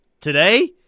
Today